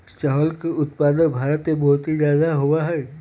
चावलवा के उत्पादन भारत में बहुत जादा में होबा हई